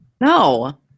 No